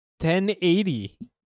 1080